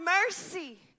mercy